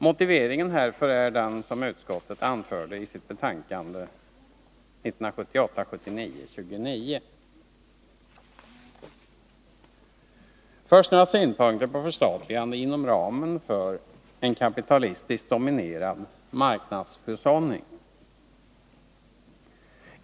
Motiveringen härför är den som utskottet anförde i sitt betänkande 1978/79:29. Först några synpunkter på förstatligande inom ramen för en kapitalistiskt dominerad marknadshushållning.